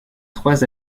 trois